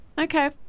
Okay